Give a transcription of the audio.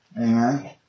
Amen